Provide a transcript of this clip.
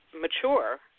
mature